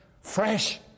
fresh